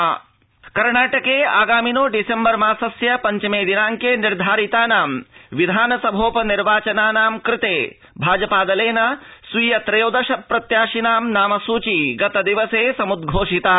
कर्णाटकम भाजपा उपनिर्वाचम कर्णाटके आगामिनो डिसेम्बर मासस्य पश्चमे दिनांके निर्धारितानां विधानसभोप निर्वाचनानां क्रते भाजपा दलेन स्वीय त्रयोदश प्रत्याशिनां नामसूची गतदिवसे समुद्घोषिता